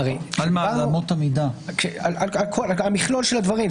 על מכלול של הדברים.